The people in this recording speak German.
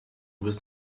bist